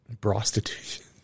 prostitution